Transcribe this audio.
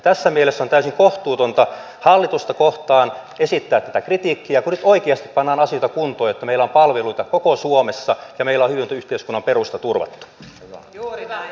tässä mielessä on täysin kohtuutonta hallitusta kohtaan esittää tätä kritiikkiä kun nyt oikeasti pannaan asioita kuntoon jotta meillä on palveluita koko suomessa ja meillä on hyvinvointiyhteiskunnan perusta turvata jo hyvää